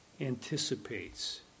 anticipates